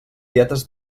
dietes